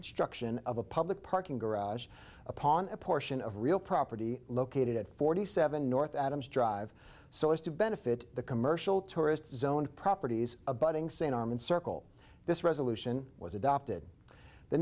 construction of a public parking garage upon a portion of real property located at forty seven north adams drive so as to benefit the commercial tourist zone properties abutting st armand circle this resolution was adopted the